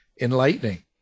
enlightening